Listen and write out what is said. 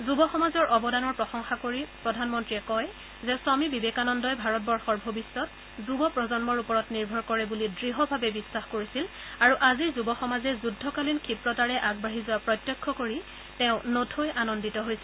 যুৱ সমাজৰ অৱদানৰ প্ৰশংসা কৰি প্ৰধানমন্ত্ৰীয়ে কয় যে স্বামী বিবেকানন্দই ভাৰতবৰ্ষৰ ভৱিষ্যৎ যুৱ প্ৰজন্মৰ ওপৰত নিৰ্ভৰ কৰে বুলি দ্য়ভাৱে বিশ্বাস কৰিছিল আৰু আজিৰ যুৱ সমাজে যুদ্ধকালীন ক্ষীপ্ৰতাৰে আগবাঢ়ি যোৱা প্ৰত্যক্ষ কৰি তেওঁ নথৈ আনন্দিত হৈছিল